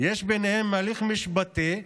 ביניהם הליך משפטי.